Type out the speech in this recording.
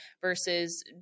versus